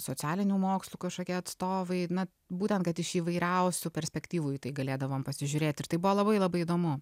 socialinių mokslų kažkokie atstovai na būtent kad iš įvairiausių perspektyvų į tai galėdavom pasižiūrėti ir tai buvo labai labai įdomu